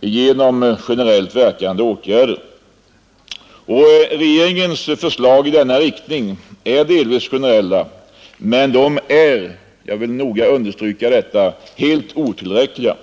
genom generellt verkande åtgärder. Regeringens förslag i denna riktning är delvis generella, men de är — jag vill noga understryka detta — helt otillräckliga.